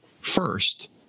first